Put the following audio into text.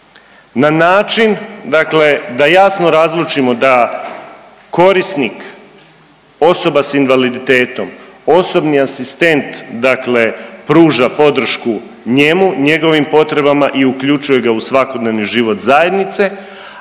na način dakle da jasno razlučimo da korisnik, osoba s invaliditetom, osobni asistent dakle pruža podršku njemu i njegovim potrebama i uključuje ga u svakodnevni život zajednice,